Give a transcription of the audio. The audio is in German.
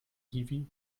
hiwi